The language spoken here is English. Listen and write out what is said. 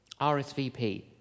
RSVP